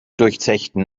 durchzechten